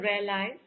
realize